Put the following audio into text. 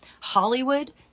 Hollywood